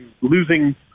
losing